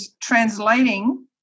translating